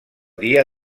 dia